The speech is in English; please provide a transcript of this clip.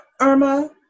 irma